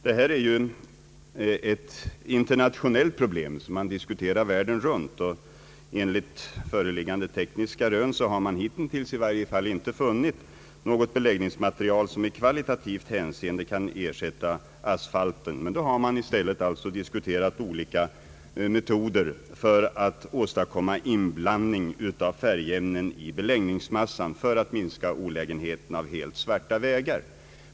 Det här är ett internationellt problem som diskuteras världen runt, och enligt föreliggande tekniska rön har man hitintills i varje fall inte funnit något beläggningsmaterial som i kvalitativt hänseende kan ersätta asfalten. Då har man alltså i stället diskuterat olika metoder att åstadkomma inblandning av färgämnen i beläggningsmassan för att minska olägenheterna av helt svarta vägar.